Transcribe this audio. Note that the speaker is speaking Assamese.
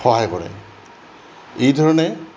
সহায় কৰে এইধৰণে